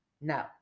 no